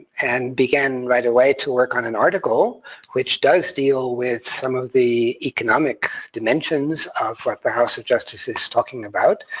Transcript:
and began right away to work on an article which does deal with some of the economic dimensions of what the house of justice is talking about,